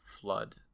flood